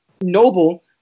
noble